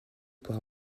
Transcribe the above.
pour